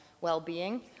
well-being